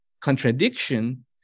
contradiction